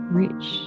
rich